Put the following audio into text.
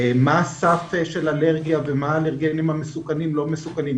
מה הסף של האלרגיה ומה האלרגנים המסוכנים ולא מסוכנים,